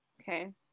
Okay